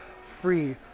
free